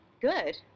good